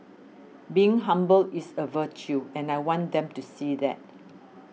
being humble is a virtue and I want them to see that